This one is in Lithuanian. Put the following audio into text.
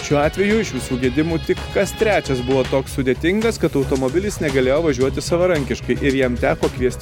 šiuo atveju iš visų gedimų tik kas trečias buvo toks sudėtingas kad automobilis negalėjo važiuoti savarankiškai ir jiem teko kviest